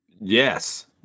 Yes